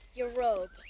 your robe.